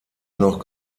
noch